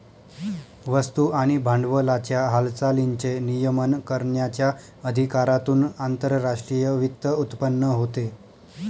वस्तू आणि भांडवलाच्या हालचालींचे नियमन करण्याच्या अधिकारातून आंतरराष्ट्रीय वित्त उत्पन्न होते